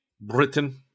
Britain